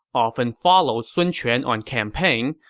often followed sun quan on campaign,